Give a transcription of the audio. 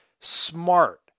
smart